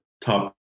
top